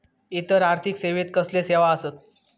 इतर आर्थिक सेवेत कसले सेवा आसत?